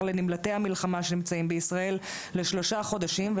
לנמלטי המלחמה שנמצאים בישראל לשלושה חודשים,